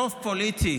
רוב פוליטי